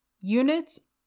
Units